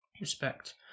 respect